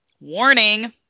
warning